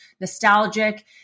nostalgic